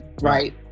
right